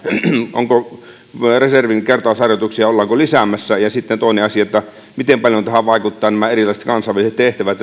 ollaanko reservin kertausharjoituksia lisäämässä ja sitten toinen asia miten paljon tähän vaikuttavat nämä erilaiset kansainväliset tehtävät